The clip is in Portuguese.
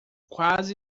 quase